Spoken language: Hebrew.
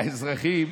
האזרחים,